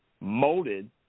molded